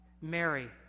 Mary